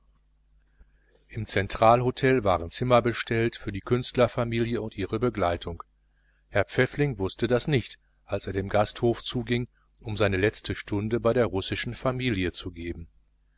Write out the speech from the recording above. im zentralhotel waren zimmer bestellt für die künstlerfamilie und ihre begleitung herr pfäffling wußte das nicht als er dem hotel zuging um seine letzte stunde bei der russischen familie zu geben